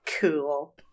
Cool